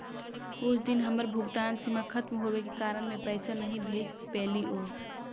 उस दिन हमर भुगतान सीमा खत्म होवे के कारण में पैसे नहीं भेज पैलीओ